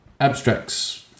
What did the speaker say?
Abstracts